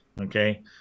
Okay